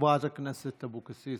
חברת הכנסת אבקסיס,